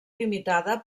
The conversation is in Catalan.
limitada